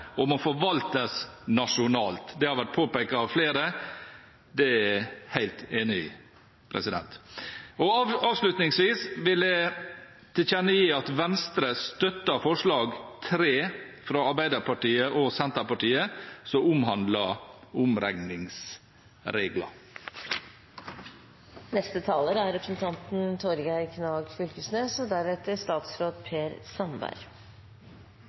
forvaltes nasjonalt. Det har vært påpekt av flere. Det er jeg helt enig i. Avslutningsvis vil jeg tilkjennegi at Venstre støtter forslag nr. 3, fra Arbeiderpartiet og Senterpartiet, som omhandler omregningsregler. Fisketurismen er ei fantastisk spennande næring. Ho har vakse og